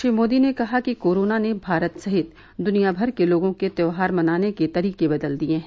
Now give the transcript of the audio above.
श्री मोदी ने कहा कि कोरोना ने भारत सहित दुनियाभर के लोगों के त्यौहार मनाने के तरीके बदल दिये हैं